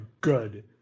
good